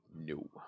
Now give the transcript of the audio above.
No